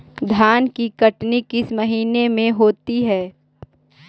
धान की कटनी किस महीने में होती है?